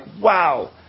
wow